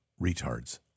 Retards